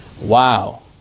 Wow